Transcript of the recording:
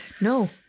no